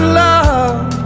love